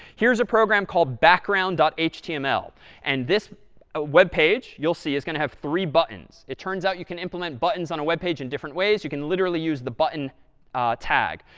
here's a program called background html. and this ah web page you'll see is going to have three buttons. it turns out you can implement buttons on a web page in different ways. you can literally use the button tag.